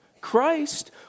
Christ